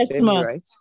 right